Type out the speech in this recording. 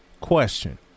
question